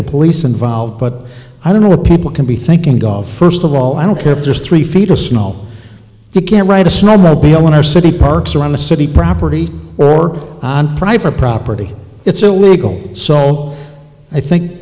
the police involved but i don't know if people can be thanking god first of all i don't care if there's three feet of snow you can't write a snowmobile when our city parks around the city property or on private property it's illegal so i think